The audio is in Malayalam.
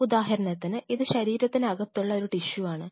ഉദാഹരണത്തിന് ഇത് ശരീരത്തിന് അകത്തുള്ള ഒരു ടിഷ്യു ആണ്